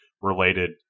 related